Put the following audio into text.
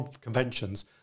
conventions